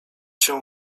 się